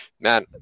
Man